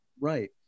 right